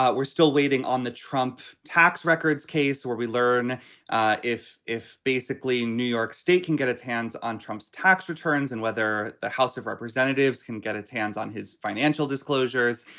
but we're still waiting on the trump tax records case where we learn if if basically new york state can get its hands on trump's tax returns and whether the house of representatives can get its hands on his financial disclosures.